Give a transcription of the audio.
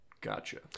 Gotcha